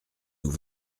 nous